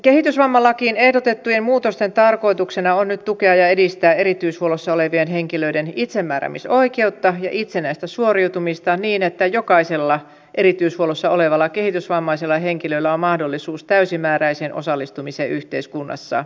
kehitysvammalakiin ehdotettujen muutosten tarkoituksena on nyt tukea ja edistää erityishuollossa olevien henkilöiden itsemääräämisoikeutta ja itsenäistä suoriutumista niin että jokaisella erityishuollossa olevalla kehitysvammaisella henkilöllä on mahdollisuus täysimääräiseen osallistumiseen yhteiskunnassa